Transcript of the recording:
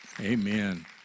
Amen